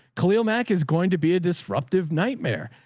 kaleel mac is going to be a disruptive nightmare.